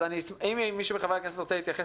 אם חברי הכנסת לא רוצים לדבר